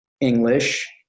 English